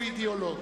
הוא אידיאולוג.